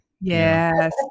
yes